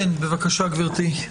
בבקשה, גברתי.